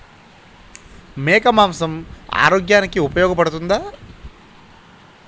మేక మాంసం ఆరోగ్యానికి ఉపయోగపడుతుందా?